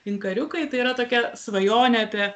inkariukai tai yra tokia svajonė apie